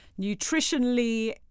nutritionally